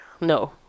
No